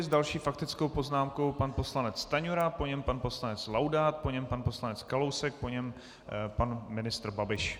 S další faktickou poznámkou pan poslanec Stanjura, po něm pan poslanec Laudát, po něm pan poslanec Kalousek, po něm pan ministr Babiš.